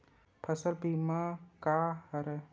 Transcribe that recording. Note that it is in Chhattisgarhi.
फसल बीमा का हरय?